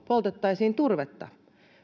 poltettaisiin turvetta